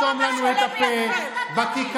לא הצלחתם לסתום לנו את הפה בכיכרות,